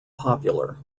popular